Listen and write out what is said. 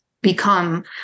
become